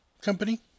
company